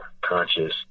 conscious